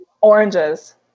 oranges